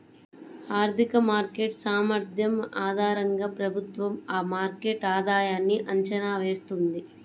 ఆర్థిక మార్కెట్ సామర్థ్యం ఆధారంగా ప్రభుత్వం ఆ మార్కెట్ ఆధాయన్ని అంచనా వేస్తుంది